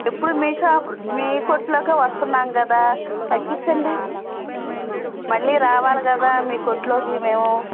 ఎప్పుడూ మీ షాప్ మీ కొట్టులోకే వస్తున్నాం కదా తగ్గిచ్చండి మళ్ళీ రావాలి కదా మీ కొట్టులోకి మేము